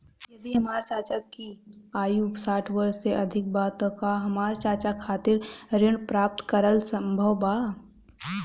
यदि हमर चाचा की आयु साठ वर्ष से अधिक बा त का हमर चाचा खातिर ऋण प्राप्त करल संभव बा